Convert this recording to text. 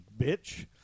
bitch